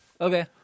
Okay